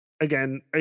again